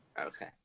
Okay